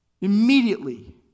Immediately